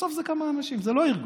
בסוף זה כמה אנשים, זה לא ארגון.